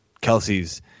Kelsey's